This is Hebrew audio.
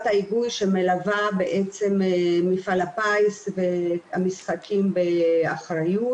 ההיגוי שמלווה בעצם מפעל הפיס ו"משחקים באחריות",